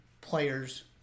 players